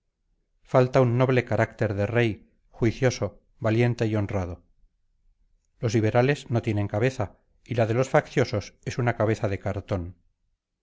falta un noble carácter de rey juicioso valiente y honrado los liberales no tienen cabeza y la de los facciosos es una cabeza de cartón